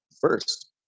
First